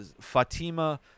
Fatima